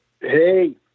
Hey